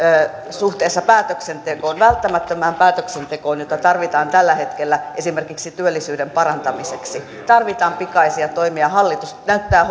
suhteessa päätöksentekoon välttämättömään päätöksentekoon jota tarvitaan tällä hetkellä esimerkiksi työllisyyden parantamiseksi tarvitaan pikaisia toimia ja hallitus näyttää